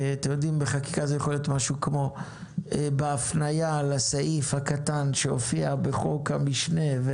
בחקיקה זה יכול להיות בהפניה לסעיף הקטן שהופיע בחוק המשנה.